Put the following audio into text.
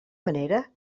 manera